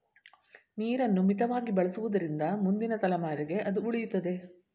ನೀರನ್ನು ಮಿತವಾಗಿ ಬಳಸುವುದರಿಂದ ಮುಂದಿನ ತಲೆಮಾರಿಗೆ ಅದು ಉಳಿಯುತ್ತದೆ